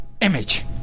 image